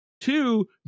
two